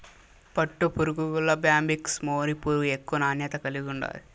పట్టుపురుగుల్ల Bombyx mori పురుగు ఎక్కువ నాణ్యత కలిగుండాది